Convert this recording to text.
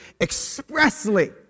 expressly